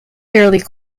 fairly